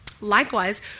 Likewise